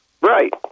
Right